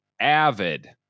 avid